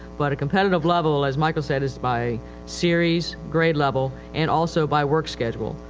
but a competitive level as michael said, is by series grade level and also by work schedule.